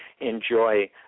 enjoy